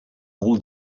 all